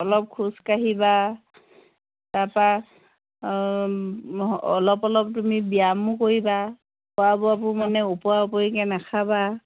অলপ খোজকাঢ়িবা তাৰপা অলপ অলপ তুমি ব্যায়ামো কৰিবা খোৱা বোৱাবোৰ মানে ওপৰা ওপৰিকে নাখাবা